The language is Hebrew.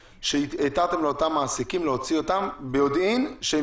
כשנתתם לאותם מעסיקים להוציא אותן בידיעה שהן